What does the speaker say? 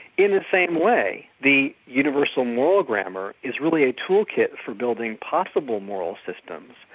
in the same way, the universal moral grammar is really a tool-kit for building possible moral systems.